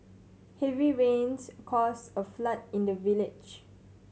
heavy rains caused a flood in the village